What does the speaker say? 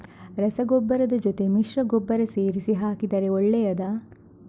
ರಸಗೊಬ್ಬರದ ಜೊತೆ ಮಿಶ್ರ ಗೊಬ್ಬರ ಸೇರಿಸಿ ಹಾಕಿದರೆ ಒಳ್ಳೆಯದಾ?